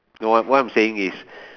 no what what I'm saying is